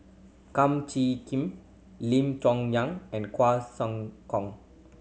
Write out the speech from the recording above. Kum Chee Kim Lim Chong Yang and Quah Sam Kong